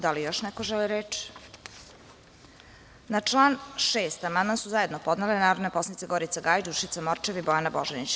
Da li još neko želi reč? (Ne) Na član 6. amandman su zajedno podnele narodne poslanice Gorica Gajić, Dušica Morčev i Bojana Božanić.